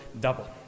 double